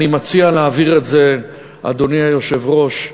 אני מציע להעביר את זה, אדוני היושב-ראש,